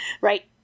Right